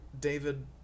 David